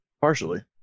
Partially